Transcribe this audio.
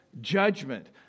Judgment